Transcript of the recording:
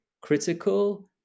critical